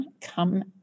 come